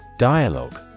Dialogue